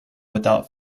without